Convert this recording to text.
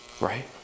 Right